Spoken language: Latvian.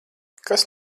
kas